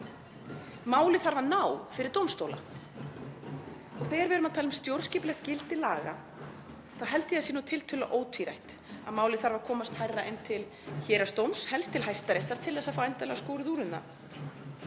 Málið þarf að ná fyrir dómstóla og þegar við erum að tala um stjórnskipulegt gildi laga þá held ég að sé tiltölulega ótvírætt að málið þarf að komast hærra en til héraðsdóms, helst til Hæstaréttar, til að fá endanlega skorið úr um það.